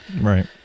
Right